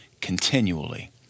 continually